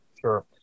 Sure